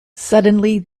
suddenly